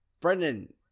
Brendan